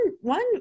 one